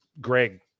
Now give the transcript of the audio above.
Greg